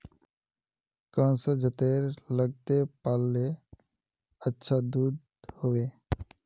कौन सा जतेर लगते पाल्ले अच्छा दूध होवे?